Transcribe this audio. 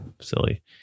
silly